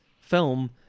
film